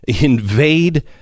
invade